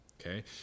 Okay